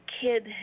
kid